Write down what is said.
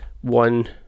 one